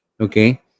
Okay